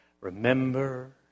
Remember